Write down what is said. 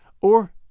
Or